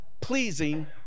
pleasing